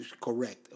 Correct